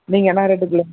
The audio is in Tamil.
நீங்கள் என்ன ரேட்டுக்குள்ளே